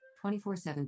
24-7